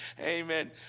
Amen